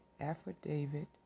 affidavit